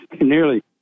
nearly